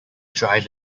drive